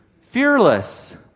Fearless